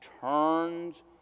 turns